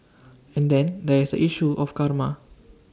and then there is A issue of karma